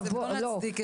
לא נצדיק את זה.